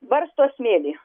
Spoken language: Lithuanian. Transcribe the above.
barsto smėlį